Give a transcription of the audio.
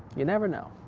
you never know.